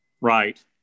Right